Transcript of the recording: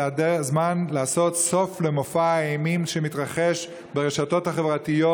זה הזמן לעשות סוף למופע האימים שמתרחש ברשתות החברתיות,